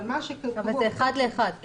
אבל זה אחד לאחד.